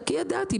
ידעתי.